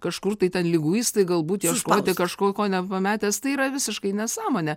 kažkur tai ten liguistai galbūt ieškoti kažko ko nepametęs tai yra visiškai nesąmonė